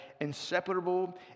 inseparable